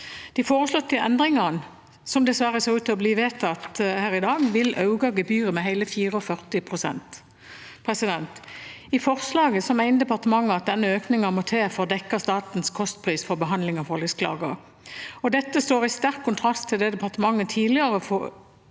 De foreslåtte endringene – som dessverre ser ut til å bli vedtatt her i dag – vil øke gebyret med hele 44 pst. I forslaget mener departementet at denne økningen må til for å dekke statens kostpris for behandling av forliksklager. Dette står i sterk kontrast til departementets tidligere forslag